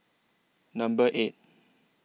Number eight